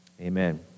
Amen